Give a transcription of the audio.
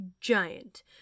giant